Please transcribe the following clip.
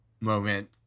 moment